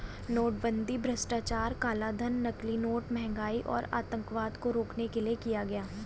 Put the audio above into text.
नोटबंदी भ्रष्टाचार, कालाधन, नकली नोट, महंगाई और आतंकवाद को रोकने के लिए किया गया